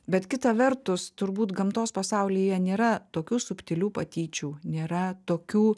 bet kita vertus turbūt gamtos pasaulyje nėra tokių subtilių patyčių nėra tokių